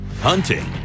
hunting